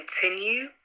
continue